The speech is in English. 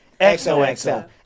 XOXO